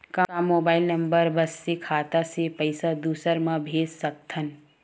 का mobile number बस से खाता से पईसा दूसरा मा भेज सकथन?